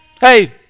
Hey